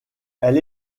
elle